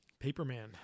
Paperman